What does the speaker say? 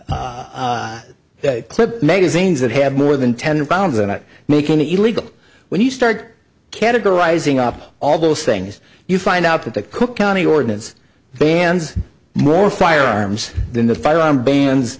than clip magazines that have more than ten pounds and making the illegal when you start categorizing up all those things you find out that the cook county ordinance bans more firearms than the firearm ban